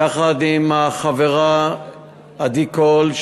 יחד עם החברה עדי קול,